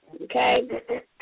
Okay